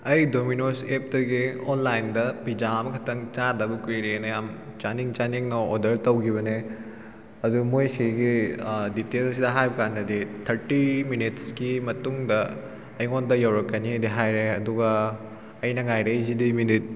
ꯑꯩ ꯗꯣꯃꯤꯅꯣꯁ ꯑꯦꯞꯇꯒꯤ ꯑꯣꯟꯂꯥꯏꯟꯗ ꯄꯤꯖꯥ ꯑꯃꯈꯛꯇꯪ ꯆꯥꯗꯕ ꯀꯨꯏꯔꯦꯅ ꯌꯥꯝꯅ ꯆꯥꯅꯤꯡ ꯆꯥꯅꯤꯡꯅ ꯑꯣꯗꯔ ꯇꯧꯈꯤꯕꯅꯦ ꯑꯗꯨ ꯃꯣꯏ ꯑꯁꯤꯒꯤ ꯗꯤꯇꯦꯜꯁꯤꯗ ꯍꯥꯏꯕ ꯀꯥꯟꯗꯗꯤ ꯊꯥꯔꯇꯤ ꯃꯤꯅꯤꯠꯁꯀꯤ ꯃꯇꯨꯡꯗ ꯑꯩꯉꯣꯟꯗ ꯌꯧꯔꯛꯀꯅꯦꯗꯤ ꯍꯥꯏꯔꯦ ꯑꯗꯨꯒ ꯑꯩꯅ ꯉꯥꯏꯔꯛꯏꯁꯤꯗꯤ ꯃꯤꯅꯤꯠ